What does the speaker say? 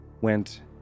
went